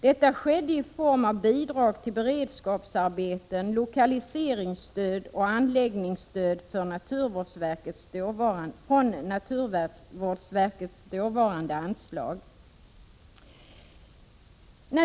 Detta skedde i form av bidrag till beredskapsarbeten, lokaliseringsstöd och anläggningsstöd från naturvårdsverkets dåvarande anslag.